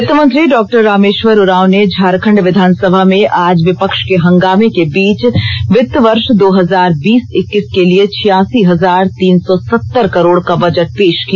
वित्त मंत्री डॉ रामेश्वर उरांव ने झारखंड विधानसभा में आज विपक्ष के हंगामे के बीच वित्त वर्ष दो हजार बीस इक्कीस के लिए छियासी हजार तीन सौ सत्तर करोड़ का बजट पेश किया